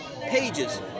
pages